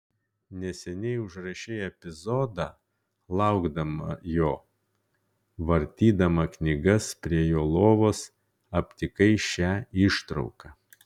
neseniai užrašei epizodą laukdama jo vartydama knygas prie jo lovos aptikai šią ištrauką